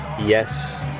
yes